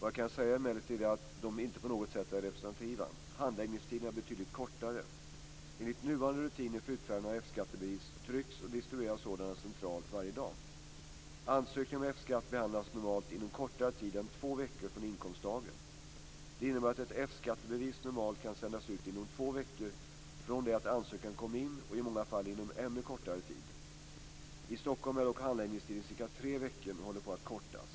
Vad jag kan säga är emellertid att de inte på något sätt är representativa. Handläggningstiderna är betydligt kortare. skattebevis trycks och distribueras sådana centralt varje dag. Ansökningar om F-skatt behandlas normalt inom kortare tid än två veckor från inkomstdagen. Det innebär att ett F-skattebevis normalt kan sändas ut inom två veckor från det att ansökan kom in och i många fall inom en ännu kortare tid. I Stockholm är dock handläggningstiden cirka tre veckor men håller på att kortas.